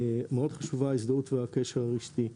מאוד חשובה ההזדהות והקשר הרשתי.